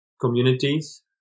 communities